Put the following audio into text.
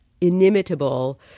inimitable